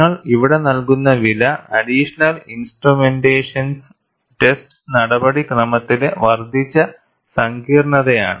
നിങ്ങൾ ഇവിടെ നൽകുന്ന വില അഡിഷണൽ ഇൻസ്ട്രുമെന്റേഷനും ടെസ്റ്റ് നടപടിക്രമത്തിലെ വർദ്ധിച്ച സങ്കീർണ്ണതയാണ്